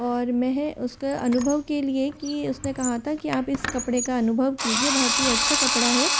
और वह उसका अनुभव के लिए कि उसने कहा था कि आप इस कपड़े का अनुभव कीजिए बहुत ही अच्छा कपड़ा है